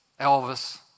Elvis